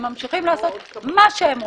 הם ממשיכים לעשות מה שהם רוצים.